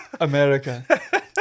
America